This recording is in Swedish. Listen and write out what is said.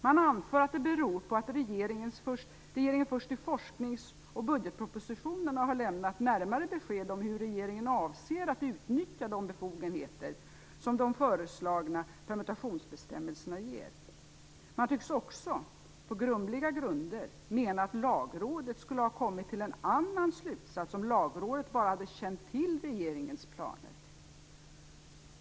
Man anför att det beror på att regeringen först i forsknings och budgetpropositionerna har lämnat närmare besked om hur regeringen avser att utnyttja de befogenheter som de föreslagna permutationsbestämmelserna ger. Man tycks också, på grumliga grunder, mena att Lagrådet skulle ha kommit till en annan slutsats om Lagrådet bara hade känt till regeringens planer.